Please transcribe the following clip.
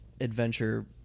adventure